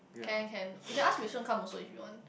can can you can ask Wilson come also if you want